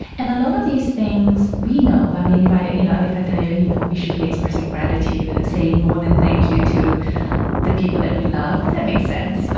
and a lot of these things we know. and if i you know if i tell you you know we should be expressing gratitude and saying more than thank you to the people that we love, that makes sense,